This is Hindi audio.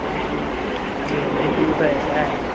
अरे सर खाली हम ही से लूट रहे हैं क्या आप